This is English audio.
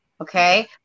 Okay